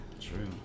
True